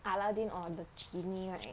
aladdin or the genie right